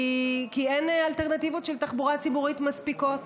כי אין אלטרנטיבות של תחבורה ציבורית מספיקות.